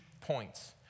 points